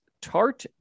tart